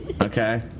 okay